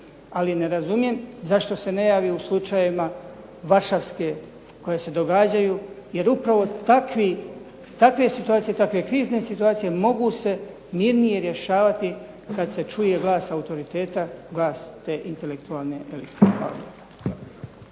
Ali ne razumijem zašto se ne javi u slučajevima Varšavske koja se događaju, jer upravo takvi, takve krizne situacije mogu se mirnije rješavati kad se čuje glas autoriteta, glas te intelektualne elite.